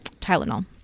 Tylenol